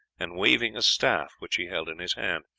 and waving a staff which he held in his hand.